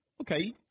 Okay